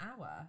hour